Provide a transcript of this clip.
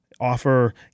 offer